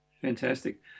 Fantastic